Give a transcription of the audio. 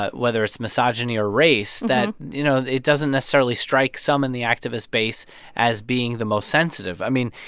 but whether it's misogyny or race, that, you know, it doesn't necessarily strike some in the activist base as being the most sensitive. i mean,